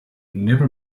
never